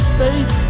faith